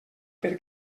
per